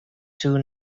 two